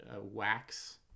wax